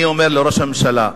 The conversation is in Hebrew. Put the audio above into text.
אני אומר לראש הממשלה: